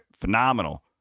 phenomenal